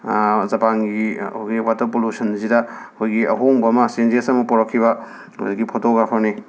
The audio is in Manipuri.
ꯖꯄꯥꯟꯒꯤ ꯋꯥꯇꯔ ꯄꯣꯂꯨꯁꯟꯁꯤꯗ ꯑꯩꯈꯣꯏꯒꯤ ꯑꯍꯣꯡꯕ ꯑꯃ ꯆꯦꯟꯖꯦꯁ ꯑꯃ ꯄꯨꯔꯛꯈꯤꯕ ꯑꯗꯒꯤ ꯐꯣꯇꯣꯒ꯭ꯔꯥꯐꯔꯅꯤ